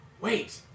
Wait